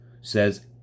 says